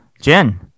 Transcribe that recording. Jen